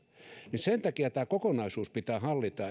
sen takia pitää hallita